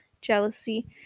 jealousy